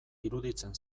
iruditzen